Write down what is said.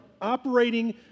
operating